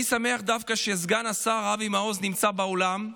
אני דווקא שמח שסגן השר אבי מעוז נמצא באולם.